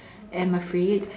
I'm afraid